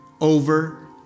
Over